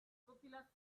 popular